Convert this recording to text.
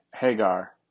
Hagar